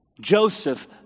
Joseph